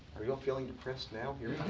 are you all feeling depressed now? they're